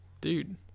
dude